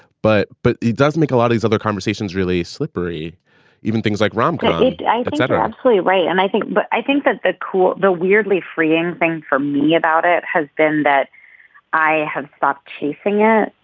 but but he does make a lot of these other conversations really slippery even things like rom com yeah etc. absolutely right. and i think but i think that the core the weirdly freeing thing for me about it has been that i have stopped chasing it.